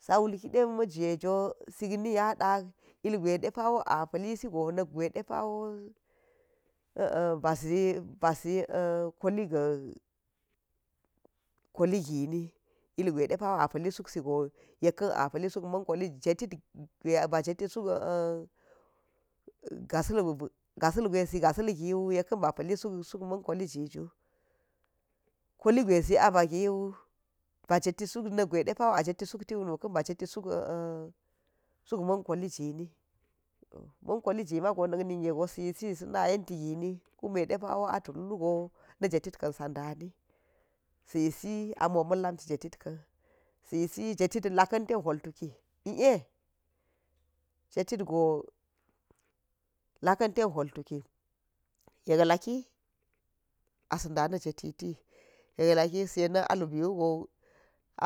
Sik ni nya dam iligwe depa a pa̱li sigo na̱k gure depawo ba zi kol ga̱ koli gili suk si go yeka̱n a pali suk mankoli gini jetit gwe ba pali swe gasa̱l gwe zi gasil giwu yekan ba pali suk man koli jiju kwali gwe zi abagiwa nak gwe de pawo a jeti suk wo nu ka̱n ba jeti suk manke li gini, manko liyimago nik nigege yisi sa̱ na yenti grin depa a tul wu go na̱ jefit kam sad ani sa yisi de amo min lamti jetit kan sa̱yisi jefit lakan tan hwol tuki ne jetit go lakan ten hwol tuki yek laki a sa yen na lubin wuga